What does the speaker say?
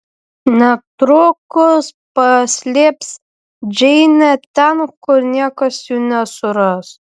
netrukus paslėps džeinę ten kur niekas jų nesuras